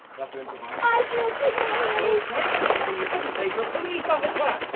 but to improvise. i killed sid marlowe! ok, that's the thing you shouldn't say to a police officer.